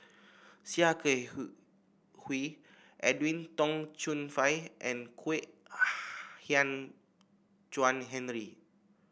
Sia Kah Hui Edwin Tong Chun Fai and Kwek Hian Chuan Henry